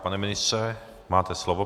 Pane ministře, máte slovo.